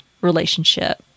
relationship